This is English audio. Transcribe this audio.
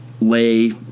Lay